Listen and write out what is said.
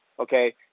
Okay